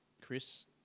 Chris